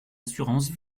assurance